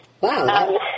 Wow